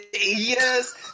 Yes